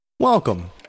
Welcome